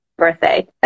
birthday